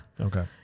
okay